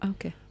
Okay